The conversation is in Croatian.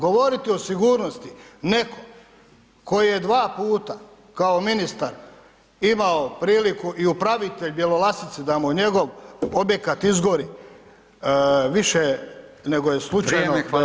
Govoriti o sigurnosti neko tko je dva puta kao ministar imao priliku i upravitelj Bjelolasice da mu njegov objekat izgori više nego je slučajno.